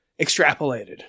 extrapolated